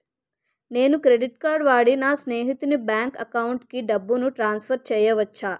నేను credit card వాడి నా స్నేహితుని బ్యాంక్ అకౌంట్ కి డబ్బును ట్రాన్సఫర్ చేయచ్చా?